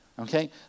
Okay